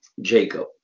Jacob